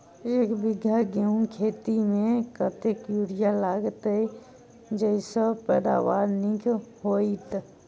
एक बीघा गेंहूँ खेती मे कतेक यूरिया लागतै जयसँ पैदावार नीक हेतइ?